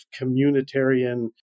communitarian